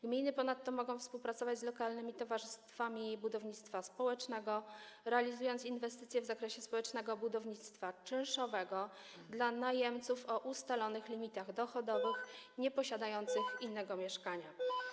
Gminy ponadto mogą współpracować z lokalnymi towarzystwami budownictwa społecznego, realizując inwestycje w zakresie społecznego budownictwa czynszowego dla najemców o ustalonych limitach dochodowych, nieposiadających innego mieszkania.